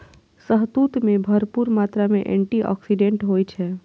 शहतूत मे भरपूर मात्रा मे एंटी आक्सीडेंट होइ छै